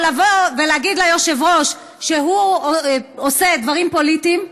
או לבוא ולהגיד ליושב-ראש שהוא עושה דברים פוליטיים,